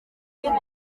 niwe